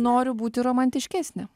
noriu būti romantiškesnė